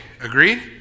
agreed